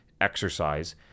exercise